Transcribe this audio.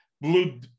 blue